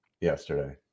Yesterday